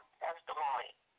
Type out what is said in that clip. testimony